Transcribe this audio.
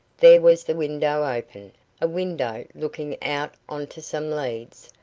there was the window open a window looking out on to some leads.